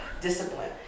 discipline